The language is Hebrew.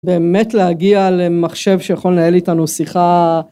באמת להגיע למחשב שיכול לנהל איתנו שיחה.